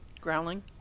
Growling